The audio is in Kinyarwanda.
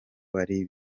bari